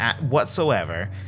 whatsoever